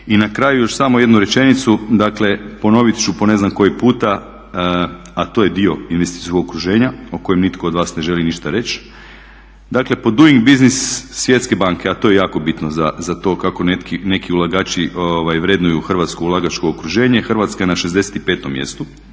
I na kraju još samo jednu rečenicu, dakle ponoviti ću po ne znam koji puta a to je dio investicijskog okruženja o kojem nitko od vas ne želi ništa reći. Dakle pod "doing business" Svjetske banke a to je jako bitno za to kako neki ulagači vrednuju hrvatsko ulagačko okruženje Hrvatska je na 65. mjestu,